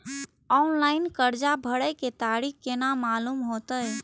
Online कर्जा भरे के तारीख केना मालूम होते?